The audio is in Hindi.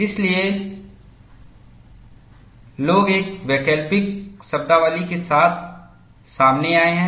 इसलिए लोग एक और वैकल्पिक शब्दावली के साथ सामने आए हैं